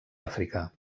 àfrica